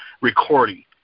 recording